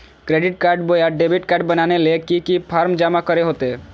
Credit card बोया debit card बनाने ले की की फॉर्म जमा करे होते?